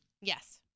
Yes